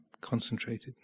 concentrated